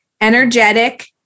energetic